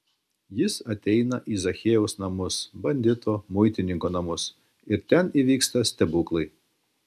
jis ateina į zachiejaus namus bandito muitininko namus ir ten įvyksta stebuklai